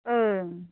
ओं